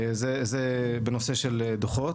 זה בנושא של דו"חות.